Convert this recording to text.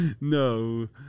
No